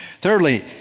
Thirdly